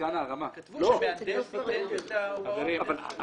כתבו שמהנדס ייתן את ההוראות.